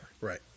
Right